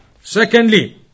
Secondly